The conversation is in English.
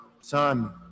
son